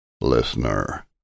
Listener